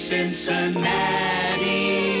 Cincinnati